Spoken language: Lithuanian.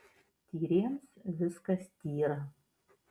tyriems viskas tyra